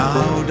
Now